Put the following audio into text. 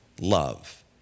love